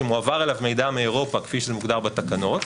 שמועבר אליו מידע מאירופה כפי שזה מוגדר בתקנות,